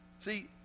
See